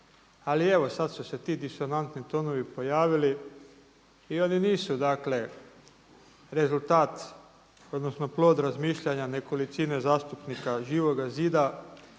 ali evo sad su se ti disonantni tonovi pojavili i oni nisu, dakle rezultat, odnosno plod razmišljanja nekolicine zastupnika Živoga zida,